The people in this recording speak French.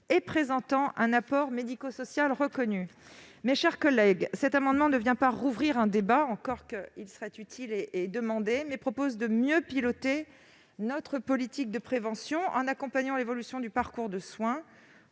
et présentant un apport médico-social reconnu. Mes chers collègues, il ne s'agit pas de rouvrir un débat, pourtant utile et demandé, mais de mieux piloter notre politique de prévention, en accompagnant l'évolution du parcours de soins